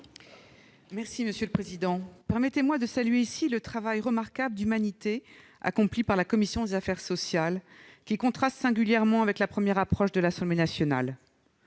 Darcos, sur l'article. Permettez-moi de saluer ici le travail remarquable d'humanité accompli par la commission des affaires sociales, lequel contraste singulièrement avec la première approche de l'Assemblée nationale.